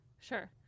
Sure